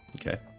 Okay